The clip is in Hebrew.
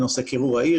בנושא קירור העיר,